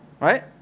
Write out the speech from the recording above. right